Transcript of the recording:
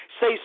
say